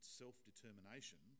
self-determination